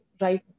right